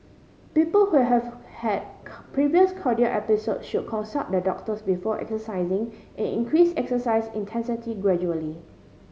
people who have had previous cardiac episode should consult their doctors before exercising and increase exercise intensity gradually